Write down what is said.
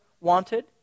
wanted